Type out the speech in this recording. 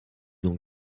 ont